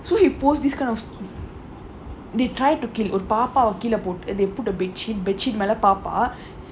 so he post this kind of thing they tried to kill ஒரு பாப்பாவ கீழ போட்டு:oru paapaava keela pottu they put a bed sheet bed sheet மேல பாப்பா:paapaa